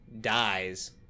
dies